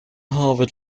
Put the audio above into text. harvard